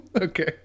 Okay